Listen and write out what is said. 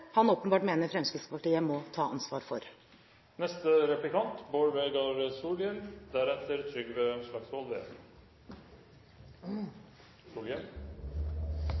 han åpenbart mener Fremskrittspartiet må ta ansvar for.